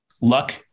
luck